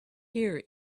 here